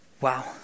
Wow